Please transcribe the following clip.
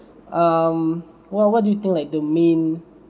um what what do you think like the main